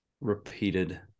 repeated